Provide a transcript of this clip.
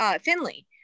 Finley